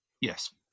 Yes